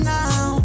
now